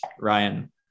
ryan